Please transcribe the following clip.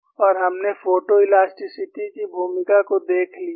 और हमने फोटोइलास्टिसिटी की भूमिका को देख लिया है